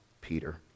Peter